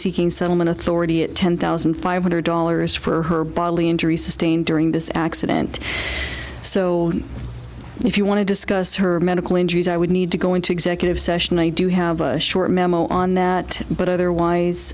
seeking settlement authority at ten thousand five hundred dollars for her bodily injury sustained during this accident so if you want to discuss her medical injuries i would need to go into executive session i do have a short memo on that but otherwise